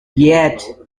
yet